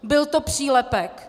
Byl to přílepek.